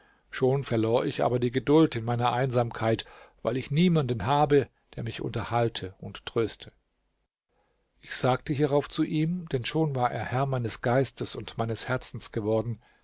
schon verlor ich aber die geduld in meiner einsamkeit weil ich niemanden habe der mich unterhalte und tröste ich sagte hierauf zu ihm denn schon war er herr meines geistes und meines herzens geworden